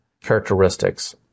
characteristics